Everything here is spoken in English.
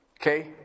Okay